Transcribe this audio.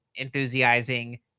enthusiasing